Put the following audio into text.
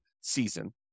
season